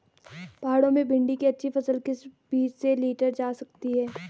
पहाड़ों में भिन्डी की अच्छी फसल किस बीज से लीटर जा सकती है?